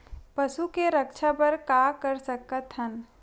पशु के रक्षा बर का कर सकत हन?